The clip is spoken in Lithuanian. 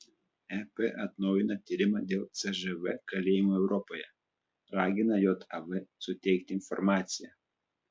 ep atnaujina tyrimą dėl cžv kalėjimų europoje ragina jav suteikti informaciją